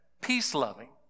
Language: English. peace-loving